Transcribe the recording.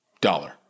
dollar